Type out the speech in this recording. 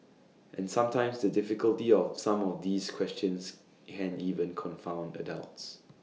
and sometimes the difficulty of some of these questions can even confound adults